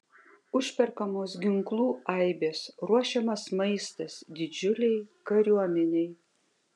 užperkamos ginklų aibės ruošiamas maistas didžiulei kariuomenei